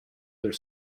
their